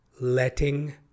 letting